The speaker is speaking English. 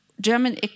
German